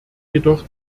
jedoch